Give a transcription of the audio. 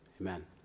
Amen